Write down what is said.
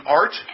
art